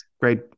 great